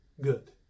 good